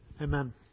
amen